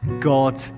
God